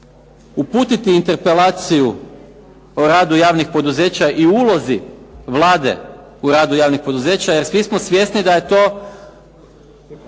uputiti interpelaciju o radu javnih poduzeća i ulozi Vlade u radu javnih poduzeća, jer svi smo svjesni da je to